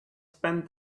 spent